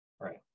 Right